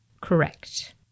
Correct